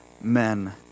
men